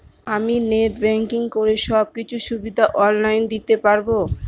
আমি net banking করে সব কিছু সুবিধা অন লাইন দিতে পারবো?